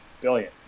billion